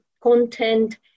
content